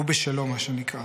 הוא בשלו, מה שנקרא.